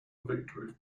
victory